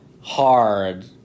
hard